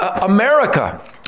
America